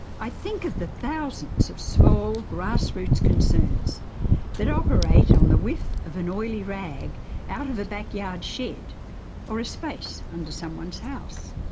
i think of the thousands of small grassroots concerns that operate on the whiff of an oily rag out of a backyard shed or a borrowed space under someone's house.